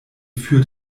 führt